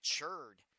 matured